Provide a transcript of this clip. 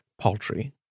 paltry